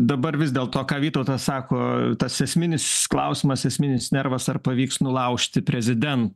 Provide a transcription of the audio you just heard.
dabar vis dėl to ką vytautas sako tas esminis klausimas esminis nervas ar pavyks nulaužti preziden